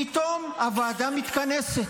פתאום הוועדה מתכנסת,